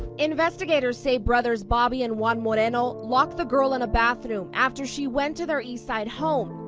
investigators say brothers bobby and juan moreno locked the girl in a bathroom after she went to their eastside home.